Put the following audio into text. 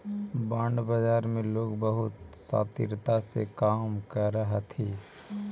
bond बाजार में लोग बहुत शातिरता से काम करऽ हथी